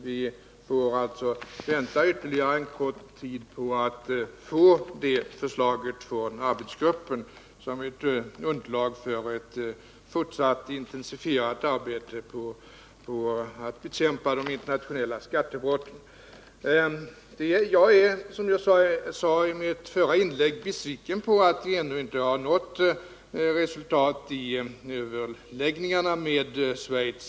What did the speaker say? Vi får alltså vänta Nr 30 ytterligare en kort tid på att få förslaget från arbetsgruppen som underlag för Fredagen den ett fortsatt intensifierat arbete på att bekämpa de internationella skattebrot — 16 november 1979 ten. Jag är, som jag sade i mitt förra inlägg, besviken över att vi ännu inte har Om åtgärder för nått resultat i överläggningarna med Schweiz.